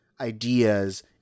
ideas